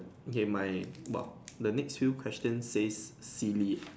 okay my but the next few question says silly